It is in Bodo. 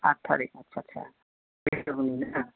आट टारिख आतसा आतसा दे जेबो नंलिया